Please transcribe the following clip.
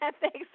Thanks